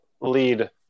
lead